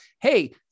hey